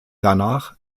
danach